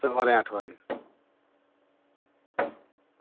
સવારે આઠ વાગ્યે